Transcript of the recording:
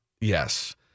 Yes